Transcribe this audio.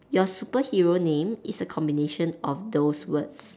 your superhero name is a combination of those words